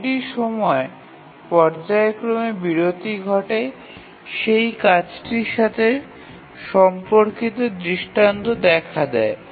প্রতিটি সময় পর্যায়ক্রমে বিরতি ঘটে সেই কাজটির সাথে সম্পর্কিত দৃষ্টান্ত দেখা দেয়